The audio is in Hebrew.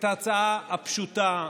את ההצעה הפשוטה,